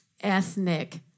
ethnic